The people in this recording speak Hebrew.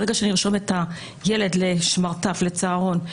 ברגע שאני ארשום את הילד לצהרון או לשמרטף,